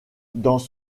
dans